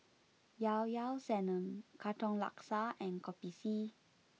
Llao Llao Sanum Katong Laksa and Kopi C